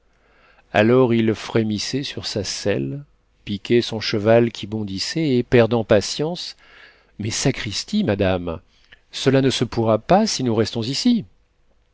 alors il frémissait sur sa selle piquait son cheval qui bondissait et perdant patience mais sacristi madame cela ne se pourra pas si nous restons ici